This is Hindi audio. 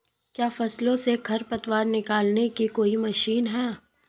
क्या फसलों से खरपतवार निकालने की कोई मशीन है?